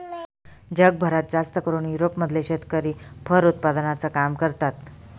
जगभरात जास्तकरून युरोप मधले शेतकरी फर उत्पादनाचं काम करतात